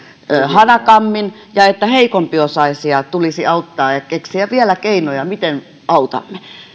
hanakammin ja että heikompiosaisia tulisi auttaa ja keksiä vielä keinoja miten autamme